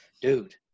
dude